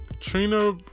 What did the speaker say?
Trina